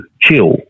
chill